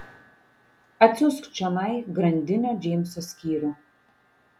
atsiųsk čionai grandinio džeimso skyrių